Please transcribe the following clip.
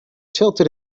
tilted